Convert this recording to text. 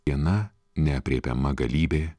viena neaprėpiama galybė